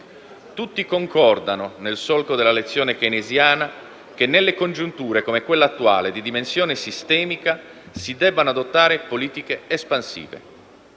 Tutti concordano, nel solco della lezione keynesiana, che nelle congiunture come quella attuale di dimensione sistemica si debbano adottare politiche espansive.